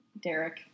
Derek